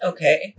Okay